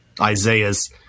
Isaiah's